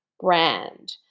brand